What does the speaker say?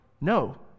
no